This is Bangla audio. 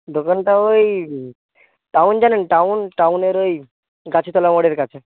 দোকানটা ওই টাউন জানেন টাউন টাউনের ওই গাছিতলা মোড়ের কাছে